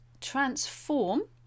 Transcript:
transform